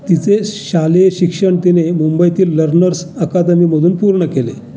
तिचे शालेय शिक्षण तिने मुंबईतील लर्नर्स अकादमीमधून पूर्ण केले